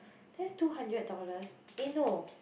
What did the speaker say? that's two hundred dollars eh no